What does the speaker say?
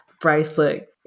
bracelet